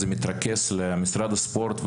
זה מתרכז למשרד הספורט,